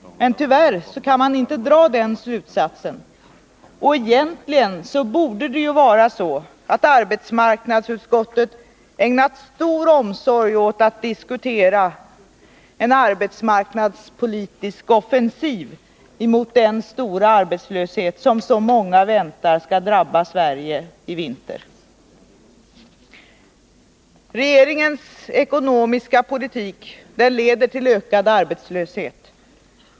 Men tyvärr kan man inte dra den slutsatsen. Och egentligen borde arbetsmarknadsutskottet ha ägnat stor omsorg åt att diskutera en arbetsmarknadspolitisk offensiv mot den stora arbetslöshet som så många väntar skall drabba Sverige i vinter. Regeringens ekonomiska politik leder till ökad arbetslöshet.